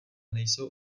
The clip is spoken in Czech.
nejsou